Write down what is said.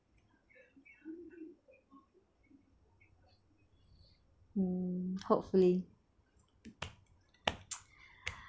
mm hopefully